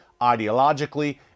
ideologically